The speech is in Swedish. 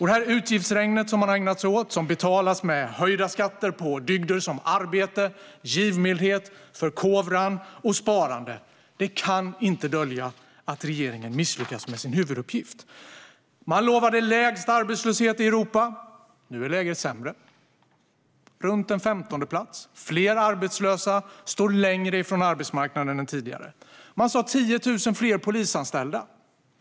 Det utgiftsregn man har ägnat sig åt, som betalas med höjda skatter på dygder som arbete, givmildhet, förkovran och sparande, kan inte dölja att regeringen misslyckats med sin huvuduppgift. Man lovade lägst arbetslöshet i Europa. Nu är läget sämre - runt en femtondeplats. Fler arbetslösa står längre från arbetsmarknaden än tidigare. Man sa att vi skulle ha 10 000 fler polisanställda.